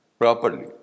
properly